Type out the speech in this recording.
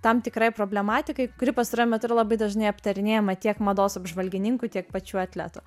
tam tikrai problematikai kuri pastaruoju metu yra labai dažnai aptarinėjama tiek mados apžvalgininkų tiek pačių atletų